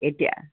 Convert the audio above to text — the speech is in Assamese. এতিয়া